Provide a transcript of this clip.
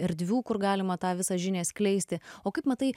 erdvių kur galima tą visą žinią skleisti o kaip matai